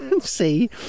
see